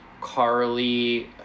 Carly